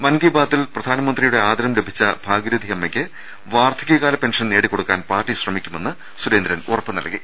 മൻകീ ബാതിൽ പ്രധാനമന്ത്രിയുടെ ആദരം ലഭിച്ച ഭാഗീ രഥിയമ്മയ്ക്ക് വാർധക്യകാല പെൻഷൻ നേടിക്കൊടുക്കാൻ പാർട്ടി ശ്രമിക്കുമെന്ന് സുരേന്ദ്രൻ ഉറപ്പു നൽകി